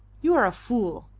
you are a fool,